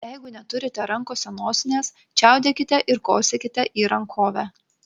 jeigu neturite rankose nosinės čiaudėkite ir kosėkite į rankovę